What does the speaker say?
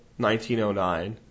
1909